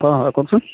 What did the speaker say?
অ হয় কওকচোন